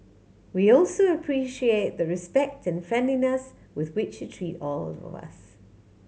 we also appreciate the respect and friendliness with which you treat all of us